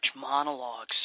monologues